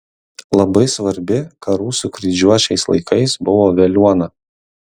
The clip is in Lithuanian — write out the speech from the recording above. labai svarbi karų su kryžiuočiais laikais buvo veliuona